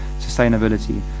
sustainability